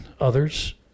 others